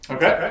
Okay